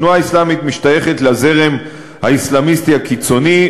התנועה האסלאמית משתייכת לזרם האסלאמיסטי הקיצוני,